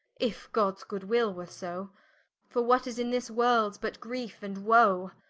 if gods good will were so for what is in this world, but greefe and woe.